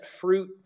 fruit